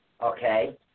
Okay